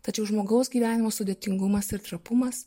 tačiau žmogaus gyvenimo sudėtingumas ir trapumas